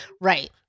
right